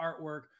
artwork